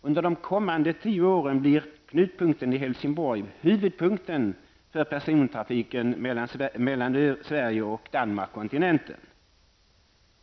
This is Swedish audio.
Under de kommande tio åren blir Knutpunkten i Helsingborg huvudpunkten för persontrafiken mellan Sverige och Danmark/kontinenten.